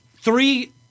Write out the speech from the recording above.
three